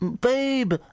Babe